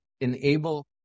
enable